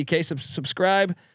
Subscribe